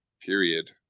period